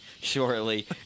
shortly